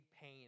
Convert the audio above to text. pain